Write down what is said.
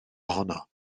ohono